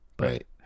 right